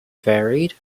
varied